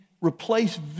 Replace